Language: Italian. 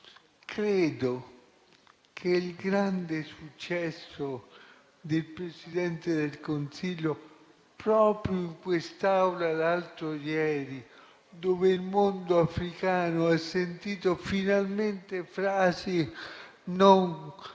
riferisco al grande successo del Presidente del Consiglio proprio in questa Aula, l'altro ieri, quando il mondo africano ha sentito finalmente non